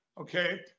okay